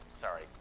sorry